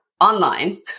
online